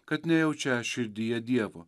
kad nejaučiąs širdyje dievo